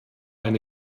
eine